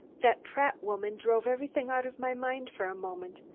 that pratt woman drove everything out of my mind for a moment.